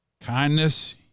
kindness